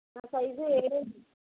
నా సైజు ఏడు అండి